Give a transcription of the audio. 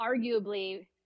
arguably